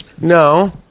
no